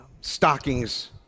stockings